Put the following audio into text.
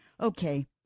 Okay